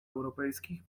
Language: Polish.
europejskich